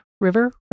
River